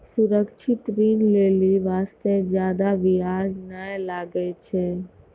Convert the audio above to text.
सुरक्षित ऋण लै बास्ते जादा बियाज नै लागै छै